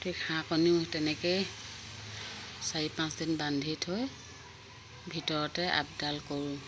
গতিকে হাঁহ কণীও তেনেকেই চাৰি পাঁচদিন বান্ধি থৈ ভিতৰতে আপডাল কৰোঁ